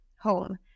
home